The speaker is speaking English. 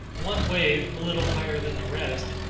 one wave, a little higher than the rest,